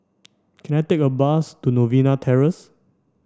can I take a bus to Novena Terrace